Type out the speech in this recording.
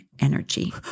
energy